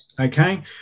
Okay